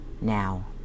now